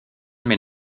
mais